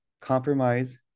compromise